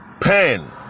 Pen